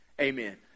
amen